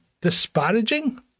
disparaging